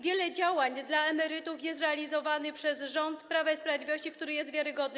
Wiele działań dla emerytów jest realizowanych przez rząd Prawa i Sprawiedliwości, który jest wiarygodny.